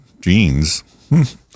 jeans